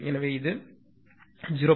எனவே இது 0